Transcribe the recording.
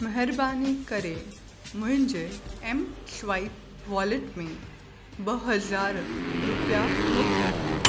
महिरबानी करे मुंहिंजे ऐम स्वाइप वॉलेट में ॿ हज़ार रुपिया मोकिलियो